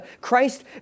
Christ